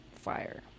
Fire